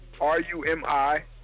R-U-M-I